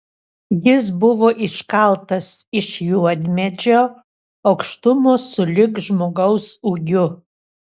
jis buvo iškaltas iš juodmedžio aukštumo sulig žmogaus ūgiu